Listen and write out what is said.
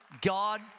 God